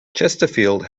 chesterfield